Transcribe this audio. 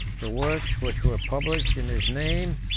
the works which were published in his name,